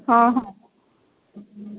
ହଁ ହଁ